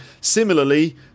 Similarly